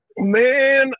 man